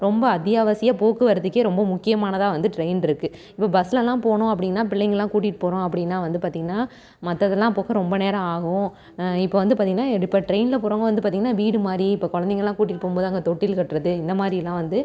ரொம்ப அத்தியாவசியப் போக்குவரத்துக்கே ரொம்ப முக்கியமானதாக வந்து ட்ரெயின் இருக்குது இப்போ பஸ்லலாம் போனோம் அப்படினா பிள்ளைங்களாக கூட்டிகிட்டு போகிறோம் அப்படினா வந்து பார்த்திங்கனா மற்றதுலாம் போக ரொம்ப நேரம் ஆகும் இப்போது வந்து பார்த்திங்கனா இப்போ ட்ரெயினில் போகிறவுங்க வந்து பார்த்திங்கனா வீடு மாதிரி இப்போ குழந்தைங்கள்லா கூட்டிகிட்டு போகும்போது அங்கே தொட்டில் கட்டுறது இந்த மாதிரிலாம் வந்து